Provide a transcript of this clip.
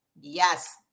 Yes